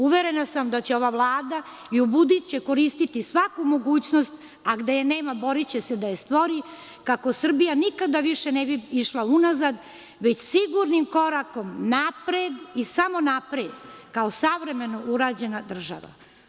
Uverena sam da će ova Vlada i u buduće koristiti svaku mogućnost, a gde je nema boriće se da je stvori kako Srbija nikada više ne bi išla unazad, već sigurnim korakom napred i samo napred, kao savremeno urađena država.